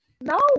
no